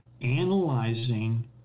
analyzing